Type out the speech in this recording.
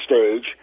stage